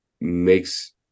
makes